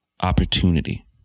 opportunity